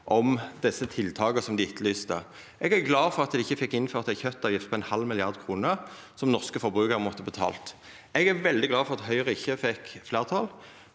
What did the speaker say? for dei tiltaka som dei etterlyste. Eg er glad for at dei ikkje fekk innført ei kjøtavgift på ein halv milliard kroner, som norske forbrukarar måtte ha betalt. Eg er veldig glad for at Høgre ikkje fekk fleirtal